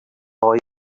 boy